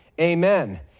amen